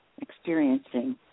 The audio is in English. experiencing